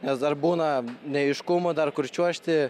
nes dar būna neaiškumų dar kur čiuožti